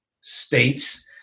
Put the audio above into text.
states